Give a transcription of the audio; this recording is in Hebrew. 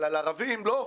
אבל על ערבים לא אוכפים.